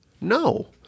No